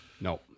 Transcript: No